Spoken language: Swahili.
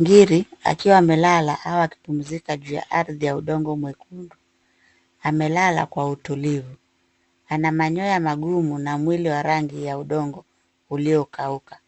Ngiri akiwa amelala au akipumzika juu ya ardhi ya udongo mwekundu amelala kwa utulivu. Ana manyoya magumu na mwili wa rangi ya udongo uliokauka.